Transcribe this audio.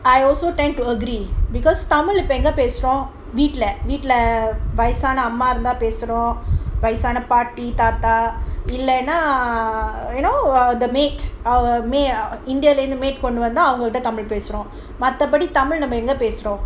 I also tend to agree because tamil இப்போஎங்கபேசுறோம்வீட்லவீட்லவயசானஅம்மாஇருந்தாபேசுறோம்வயசானபாட்டிதாத்தாஇல்லனா:ipo enga pesurom veetla veetla vayasana amma iruntha pesurom vayasana paati thatha illana you know the maid our maid indian கொண்டுவந்தாஅவங்ககிட்டபேசுறோம்மத்தபடிதமிழ்நாமஎங்கபேசுறோம்:kondu vandha avangakita pesurom mathapadi nama enga pesurom